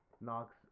knocks